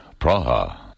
Praha